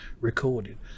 recorded